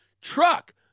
Truck